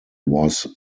was